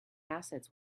assets